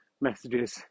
messages